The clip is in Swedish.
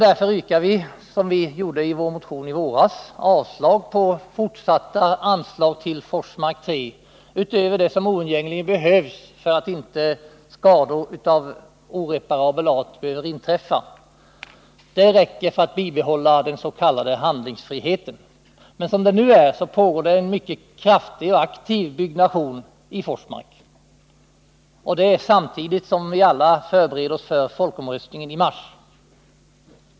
Därför yrkar vi nu liksom vi gjorde i vår motion i våras avslag på äskandet om fortsatta anslag till Forsmark 3 utöver det som behövs för att inte skador av oreparabel art skall inträffa. Det räcker för att bibehålla den s.k. handlingsfriheten. Men som det nu är pågår en mycket kraftig och aktiv byggnation i Forsmark samtidigt som vi alla förbereder oss för en folkomröstning i mars.